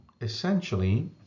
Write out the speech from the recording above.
essentially